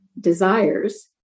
desires